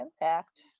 Impact